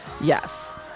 yes